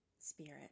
spirit